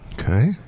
Okay